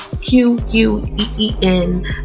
Q-U-E-E-N